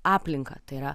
aplinką tai yra